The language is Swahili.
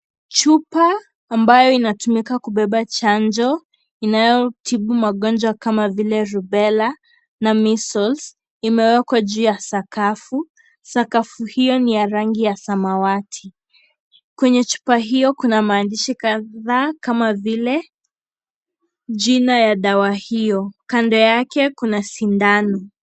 Chupa ambayo inatumika kubeba chanjo inayotibu magonjwa kama vile Rubella na Measles imewekwa juu ya sakafu. Sakafu hiyo ni ya rangi ya samawati. Kwenye chupa hiyo kuna maandishi kadhaa kama vile jina ya dawa hiyo. Kando yake kuna sindano.